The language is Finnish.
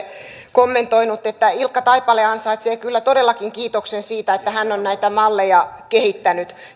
kommentoinut että ilkka taipale ansaitsee kyllä todellakin kiitoksen siitä että hän on näitä malleja kehittänyt